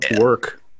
work